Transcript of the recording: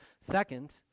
second